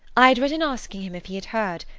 i had written asking him if he had heard,